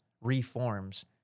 reforms